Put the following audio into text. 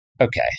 okay